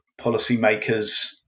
policymakers